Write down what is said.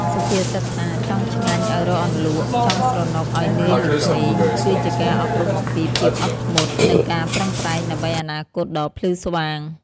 សុភាសិតថា «ចង់ឆ្ងាញ់ឱ្យរកអន្លក់ ចង់ស្រណុកឱ្យនឿយពីក្មេង»គឺជាការអប់រំអំពីភាពអត់ធ្មត់ និងការប្រឹងប្រែងដើម្បីអនាគតដ៏ភ្លឺស្វាង។